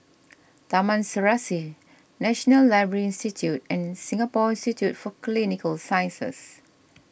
Taman Serasi National Library Institute and Singapore Institute for Clinical Sciences